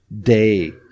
day